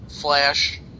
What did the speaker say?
Flash